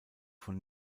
von